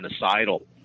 genocidal